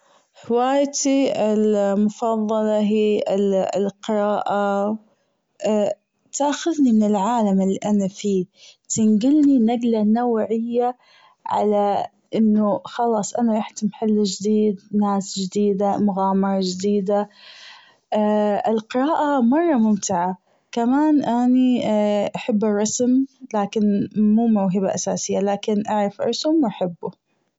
هوايتي المفظلة هي ال- القراءة تاخذني من العالم اللي أنا فيه بتنجلني نجلة نوعية على أنه خلاص أنا روحت محل جديد ناس جديدة مغامرة جديدة القراءة مرة ممتعة كمان أني أحب الرسم لكن مو موهبة أساسية لكن أعرف أرسم وأحبه.